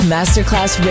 Masterclass